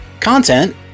Content